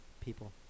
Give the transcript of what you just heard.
people